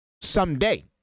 someday